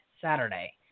Saturday